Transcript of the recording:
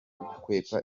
gukwepa